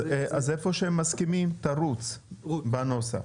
אז איפה שמסכימים, תרוץ בנוסח.